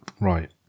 Right